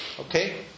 Okay